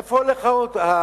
לאן הולך האמבולנס?